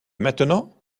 maintenant